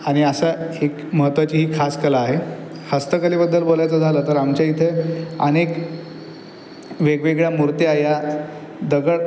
आणि असं एक महत्त्वाची ही खास कला आहे हस्तकलेबद्दल बोलायचं झालं तर आमच्या इथं अनेक वेगवेगळ्या मूर्त्या या दगड